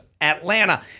Atlanta